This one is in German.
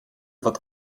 wird